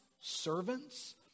servants